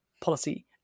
policy